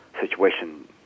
situation